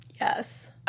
Yes